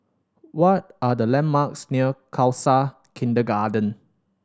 what are the landmarks near Khalsa Kindergarden